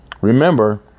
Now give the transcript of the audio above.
Remember